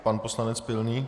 Pan poslanec Pilný.